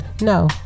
no